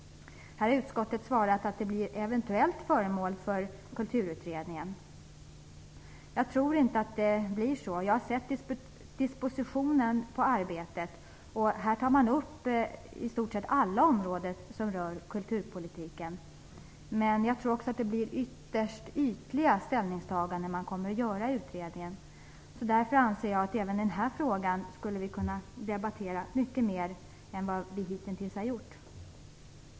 Utskottet svarar att detta blir eventuellt föremål för Kulturutredningen. Jag tror inte att det blir så. Jag har nämligen sett dispositionen på arbetet. I stort sett alla områden som rör kulturpolitiken tas upp. Jag tror också att det blir ytterst ytliga ställningstaganden som görs i utredningen. Därför anser jag att vi skulle kunna debattera även den här frågan mycket mer än vi hitintills har gjort.